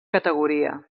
categoria